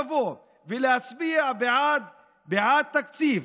לבוא ולהצביע בעד תקציב,